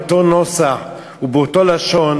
באותו נוסח ובאותו לשון,